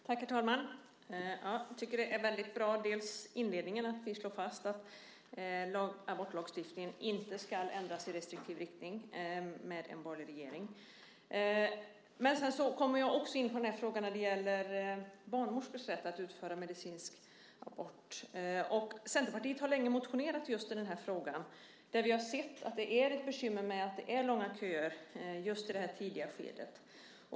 Herr talman! Jag tycker att inledningen är väldigt bra, där det slås fast att abortlagstiftningen inte ska ändras i restriktiv riktning med en borgerlig regering. Men sedan kommer jag också in på frågan som gäller barnmorskors rätt att utföra medicinsk abort. Centerpartiet har länge motionerat i den frågan. Vi har sett att det finns ett bekymmer med långa köer just i det här tidiga skedet.